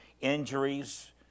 injuries